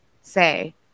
say